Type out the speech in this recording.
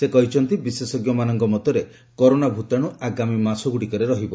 ସେ କହିଛନ୍ତି ବିଶେଷଜ୍ଞମାନଙ୍କ ମତରେ କରୋନା ଭୂତାଣୁ ଆଗାମୀ ମାସଗୁଡ଼ିକରେ ରହିବ